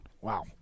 Wow